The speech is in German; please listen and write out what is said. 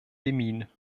demmin